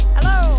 Hello